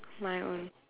my own